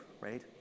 right